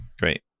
great